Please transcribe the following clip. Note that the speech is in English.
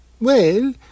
Well